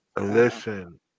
Listen